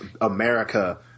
America